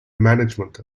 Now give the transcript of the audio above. management